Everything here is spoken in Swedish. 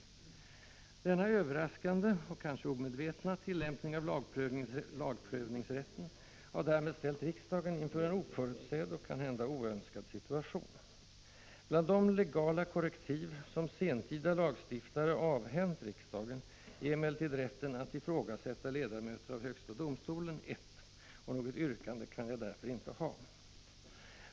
Denna överraskande och kanske omedvetna tillämpning av lagprövningsrätten har därmed ställt riksdagen inför en oförutsedd och kanhända oönskad situation. Bland de legala korrektiv som sentida lagstiftare avhänt riksdagen är emellertid rätten att ifrågasätta ledamöter av högsta domstolen ett. Något yrkande kan jag därför inte ha.